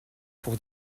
pour